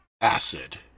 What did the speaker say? acid